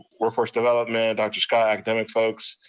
workforce development, dr. scott, academic folks,